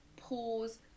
pause